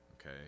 okay